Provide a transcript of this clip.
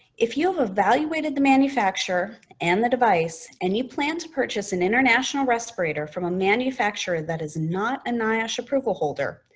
if you've evaluated the manufacturer and the device and you plan to purchase an international respirator from a manufacturer that is not a niosh approval holder,